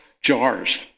jars